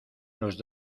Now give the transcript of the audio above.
los